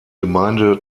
gemeinde